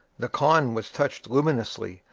the khan was touched luminously,